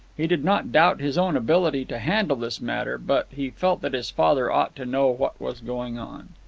he did not doubt his own ability to handle this matter, but he felt that his father ought to know what was going on.